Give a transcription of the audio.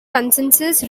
consensus